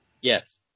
Yes